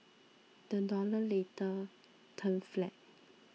the dollar later turned flat